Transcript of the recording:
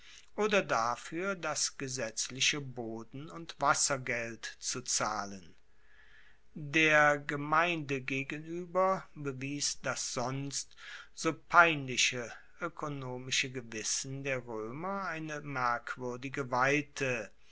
oder dafuer das gesetzliche boden und wassergeld zu zahlen der gemeinde gegenueber bewies das sonst so peinliche oekonomische gewissen der roemer eine merkwuerdige weite